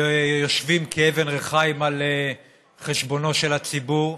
ויושבים כאבן ריחיים על חשבונו של הציבור.